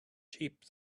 cheap